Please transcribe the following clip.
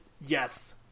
yes